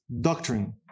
doctrine